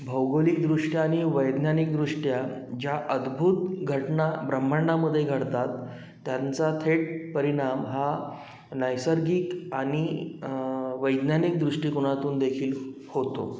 भौगोलिकदृष्ट्या आणि वैज्ञानिकदृष्ट्या ज्या अद्भुत घटना ब्रह्मांडामध्ये घडतात त्यांचा थेट परिणाम हा नैसर्गिक आणि वैज्ञानिक दृष्टिकोनातून देखील होतो